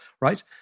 right